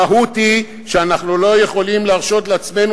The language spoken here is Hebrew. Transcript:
המהות היא שאנחנו לא יכולים להרשות לעצמנו